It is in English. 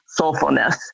soulfulness